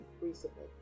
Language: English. recently